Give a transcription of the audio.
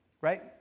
right